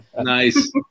Nice